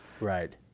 Right